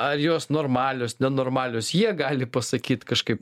ar jos normalios nenormalios jie gali pasakyt kažkaip